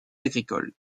agricoles